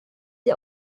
sie